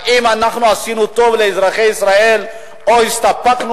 האם אנחנו עשינו טוב לאזרחי ישראל או הסתפקנו